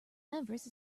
everest